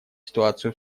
ситуацию